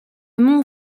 mont